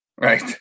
Right